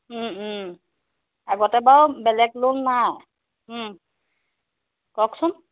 আগতে বাৰু বেলেগ লোন নাই কওকচোন